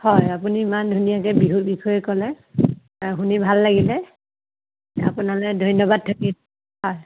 হয় আপুনি ইমান ধুনীয়াকৈ বিহুৰ বিষয়ে ক'লে শুনি ভাল লাগিলে আপোনালৈ ধন্যবাদ থাকিল হয়